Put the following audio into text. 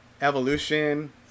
Evolution